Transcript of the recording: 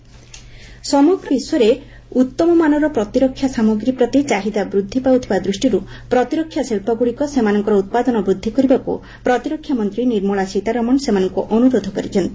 defence industrial corridor ସମଗ୍ର ବିଶ୍ୱରେ ଉତ୍ତମମାନର ପ୍ରତିରକ୍ଷା ସାମଗ୍ରୀ ପ୍ରତି ଚାହିଦା ବୃଦ୍ଧି ପାଉଥିବା ଦୃଷ୍ଟିର୍ ପ୍ରତିରକ୍ଷା ଶିଳ୍ପଗ୍ରଡ଼ିକ ସେମାନଙ୍କର ଉତ୍ପାଦନ ବୃଦ୍ଧି କରିବାକୃ ପ୍ରତିରକ୍ଷା ମନ୍ତ୍ରୀ ନିର୍ମଳା ସୀତାରମଣ ସେମାନଙ୍କ ଅନ୍ତରୋଧ କରିଛନ୍ତି